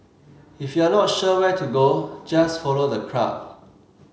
if you're not sure where to go just follow the crowd